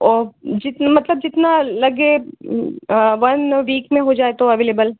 ओ जितन मतलब जितना लगे वन वीक में हो जाए तो अवेलेबल